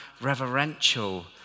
reverential